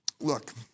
look